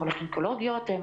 מחלות אונקולוגיות,